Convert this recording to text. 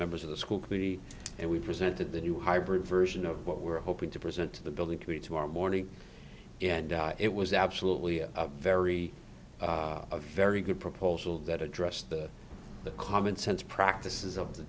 members of the school committee and we presented the new hybrid version of what we were hoping to present to the building to be to our morning and it was absolutely a very a very good proposal that address the common sense practices of the